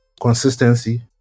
consistency